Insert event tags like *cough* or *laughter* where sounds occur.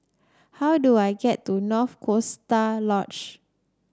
how do I get to North *unintelligible* Lodge